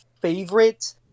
favorite